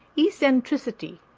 eccentricity,